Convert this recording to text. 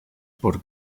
por